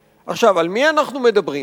עכשיו, על מי אנחנו מדברים?